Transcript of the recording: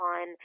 on